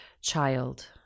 child